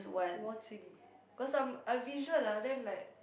watching cause some I visual lah then like